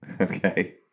Okay